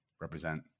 represent